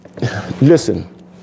listen